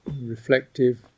reflective